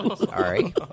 Sorry